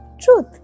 Truth